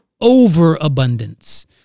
overabundance